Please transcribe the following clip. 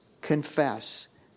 confess